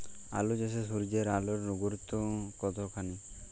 আলু চাষে সূর্যের আলোর গুরুত্ব কতখানি?